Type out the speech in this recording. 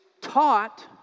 taught